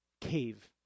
cave